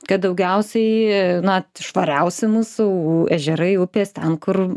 kad daugiausiai na švariausi mūsų ežerai upės ten kur